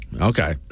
Okay